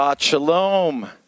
Shalom